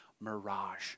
mirage